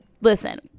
Listen